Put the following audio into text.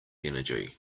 energy